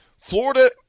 Florida